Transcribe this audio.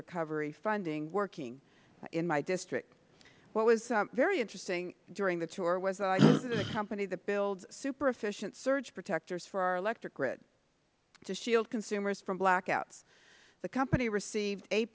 recovery funding working in my district what was very interesting during the tour was i visited a company that built super efficient surge protectors for our electric grid to shield consumers from blackouts the company received eight